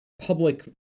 public—